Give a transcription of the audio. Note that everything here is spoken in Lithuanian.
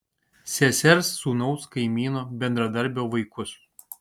sesers sūnaus kaimyno bendradarbio vaikus